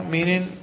Meaning